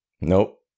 Nope